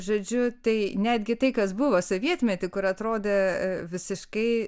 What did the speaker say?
žodžiu tai netgi tai kas buvo sovietmetį kur atrodė visiškai